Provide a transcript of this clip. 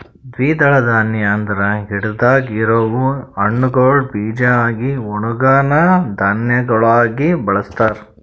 ದ್ವಿದಳ ಧಾನ್ಯ ಅಂದುರ್ ಗಿಡದಾಗ್ ಇರವು ಹಣ್ಣುಗೊಳ್ ಬೀಜ ಆಗಿ ಒಣುಗನಾ ಧಾನ್ಯಗೊಳಾಗಿ ಬಳಸ್ತಾರ್